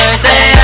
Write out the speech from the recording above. say